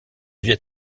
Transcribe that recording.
viêt